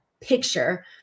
picture